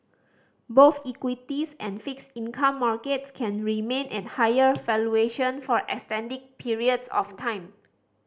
both equities and fixed income markets can remain at higher for extended periods of time